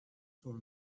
for